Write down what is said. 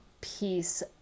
piece